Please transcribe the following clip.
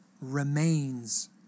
remains